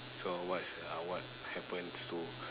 so what uh what happens to